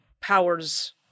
powers